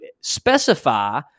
specify